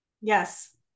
Yes